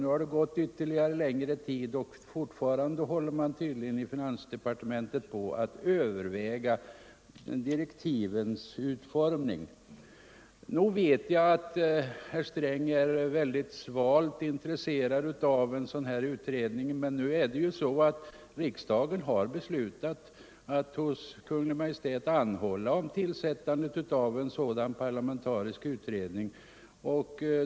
Nu har det gått ytterligare en längre tid, och fortfarande håller man tydligen i finansdepartementet på att överväga direktivens utformning. Nog vet jag att herr Sträng är mycket svalt intresserad av en sådan här utredning. Men riksdagen har beslutat att hos Kungl. Maj:t anhålla om tillsättandet av en sådan parlamentarisk utredning.